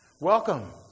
Welcome